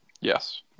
Yes